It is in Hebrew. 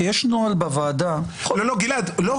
כי יש נוהל בוועדה -- לא, גלעד, לא.